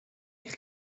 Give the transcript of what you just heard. eich